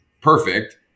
perfect